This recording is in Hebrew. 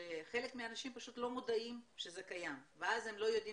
וחלק מהאנשים פשוט לא מודעים שזה קיים ואז הם לא יודעים